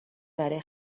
برای